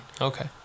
Okay